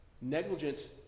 negligence